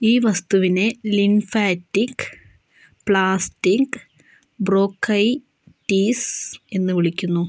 ഈ വസ്തുവിനെ lymphatic plastic bronchitis എന്നു വിളിക്കുന്നു